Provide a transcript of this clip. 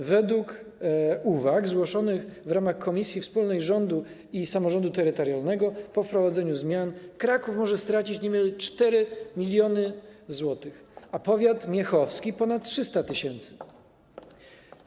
Zgodnie z uwagami zgłoszonymi w ramach Komisji Wspólnej Rządu i Samorządu Terytorialnego po wprowadzeniu zmian Kraków może stracić niemal 4 mln zł, a powiat miechowski - ponad 300 tys. zł.